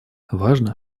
важно